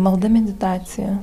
malda meditacija